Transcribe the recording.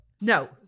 no